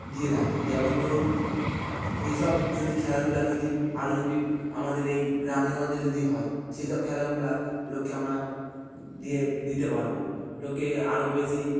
দিয়ে থাকি যেমন ধরুন এই সব যদি খেলাধুলা যদি আরও যদি আমাদের এই গ্রামেগঞ্জে যদি হয় সেই সব খেলাগুলা লোককে আমরা দিয়ে দিতে পারব লোককে আরও বেশি